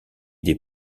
des